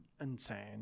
insane